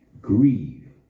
grieve